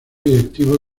directivo